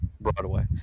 Broadway